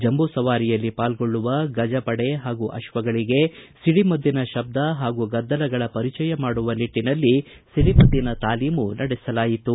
ಜಂಬೂ ಸವಾರಿಯಲ್ಲಿ ಪಾಲ್ಗೊಳ್ಳುವ ಗಜ ಪಡೆ ಹಾಗೂ ಅಶ್ವಗಳಿಗೆ ಸಿಡಿ ಮದ್ದಿನ ತಬ್ದ ಹಾಗೂ ಗದ್ದಲಗಳ ಪರಿಚಯ ಮಾಡುವ ನಿಟ್ಟನಲ್ಲಿ ಸಿಡಿಮದ್ದಿನ ತಾಲೀಮು ನಡೆಸಲಾಯಿತು